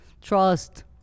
trust